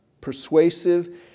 persuasive